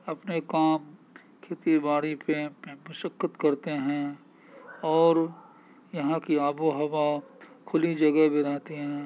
اپنے کام کھیتی باڑی کیمپ میں مشقت کرتے ہیں اور یہاں کی آب و ہوا کھلی جگہ میں رہتے ہیں